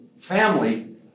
family